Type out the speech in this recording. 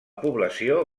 població